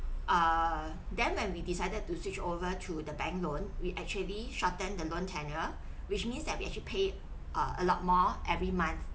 err then when we decided to switch over to the bank loan we actually shortened the loan tenure which means that we actually pay a lot more every month